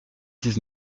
dix